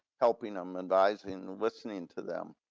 helping them, advising, and listening to them.